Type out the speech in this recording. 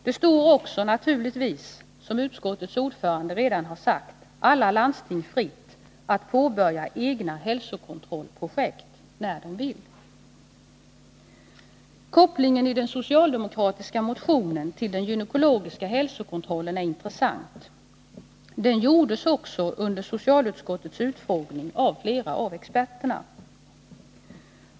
Det står naturligtvis också, som utskottets ordförande redan har sagt, alla landsting fritt att påbörja egna hälsokontrollprojekt när de vill. Kopplingen i den socialdemokratiska motionen till den gynekologiska hälsokontrollen är intressant. En sådan koppling gjorde också flera experter under socialutskottets utfrågning.